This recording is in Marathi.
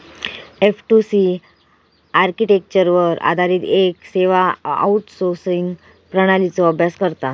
एफ.टू.सी आर्किटेक्चरवर आधारित येक सेवा आउटसोर्सिंग प्रणालीचो अभ्यास करता